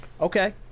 Okay